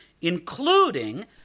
including